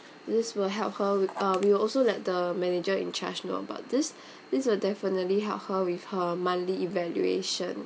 this will help her with uh we will also let the manager in charge know about this this will definitely help her with her monthly evaluation